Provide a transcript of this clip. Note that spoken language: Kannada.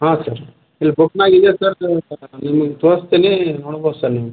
ಹಾ ಸರ್ ಇಲ್ಲಿ ಬುಕ್ನಾಗ ಇದೆ ಸರ್ ನಿಮಗೆ ತೋರಿಸ್ತೀನಿ ನೋಡ್ಬೋದು ಸರ್ ನೀವು